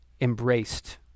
embraced